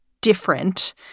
different